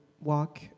walk